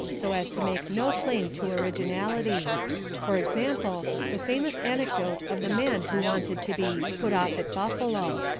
so as to make no claim to originality for example, the famous anecdote of the man who wanted to be put off at buffalo.